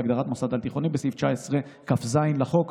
בהגדרת "מוסד על-תיכוני" בסעיף 19כז לחוק,